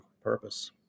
purpose